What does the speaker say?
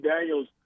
Daniels